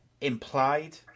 implied